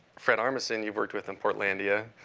fred armisen you've worked with in portlandia,